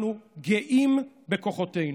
אנחנו גאים בכוחותינו.